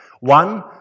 One